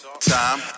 time